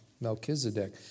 Melchizedek